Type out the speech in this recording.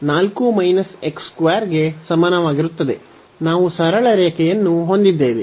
y 4 x 2 ಗೆ ಸಮಾನವಾಗಿರುತ್ತದೆ ನಾವು ಸರಳ ರೇಖೆಯನ್ನು ಹೊಂದಿದ್ದೇವೆ